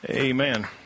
Amen